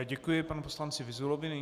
Děkuji panu poslanci Vyzulovi.